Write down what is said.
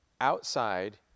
outside